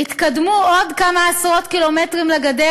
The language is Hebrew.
יתקדמו עוד כמה עשרות קילומטרים לגדר,